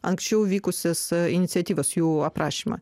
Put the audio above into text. anksčiau vykusias iniciatyvas jų aprašymą